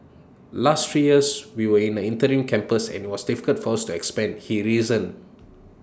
last three years we were in an interim campus and IT was difficult for us to expand he reasoned